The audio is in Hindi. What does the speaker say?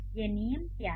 ये नियम क्या हैं